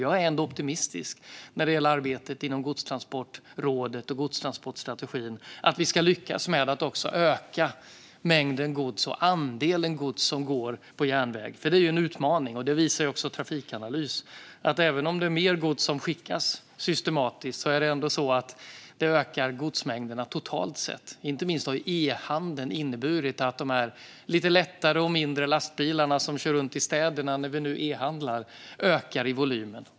Jag är ändå optimistisk när det gäller arbetet inom Godstransportrådet och godstransportstrategin när det gäller att vi ska lyckas med att också öka mängden gods och andelen gods som går på järnväg. Det är en utmaning. Det visar också Trafikanalys. Även om det är mer gods som skickas systematiskt är det ändå så att godsmängderna totalt sett ökar. Inte minst har e-handeln inneburit att de lite lättare och mindre lastbilarna som kör runt i städerna ökar i volym.